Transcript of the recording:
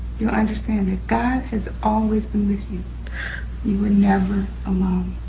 you understand that god has always been with you you were never alone.